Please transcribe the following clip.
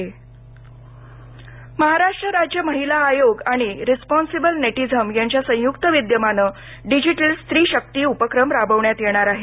digital स्त्री शक्ती महाराष्ट्र राज्य महिला आयोग आणि रिस्पॉन्सिबल नेटिझम यांच्या संयुक्त विद्यमाने डिजीटल स्त्री शक्ती उपक्रम राबविण्यात येणार आहे